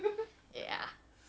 ya